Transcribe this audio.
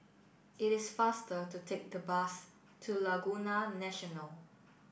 it is faster to take the bus to Laguna National